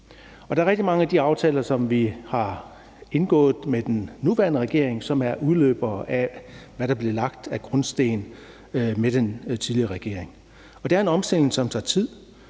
Der er rigtig mange af de aftaler, som vi har indgået med den nuværende regering, som er udløbere af, hvad der blev lagt af grundsten med den tidligere regering. Det er en omstilling, som tager tid,